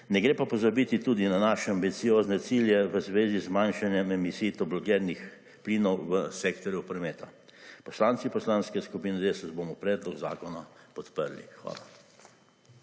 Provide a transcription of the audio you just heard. Ne gre pa pozabiti tudi na naše ambiciozne cilje v zvezi z zmanjšanjem emisij toplogrednih plinov v sektorju prometa. Poslanci Poslanske skupine DeSUS bomo predlog zakona podprli. Hvala.